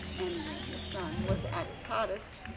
and when the sun was at its hottest,